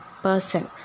person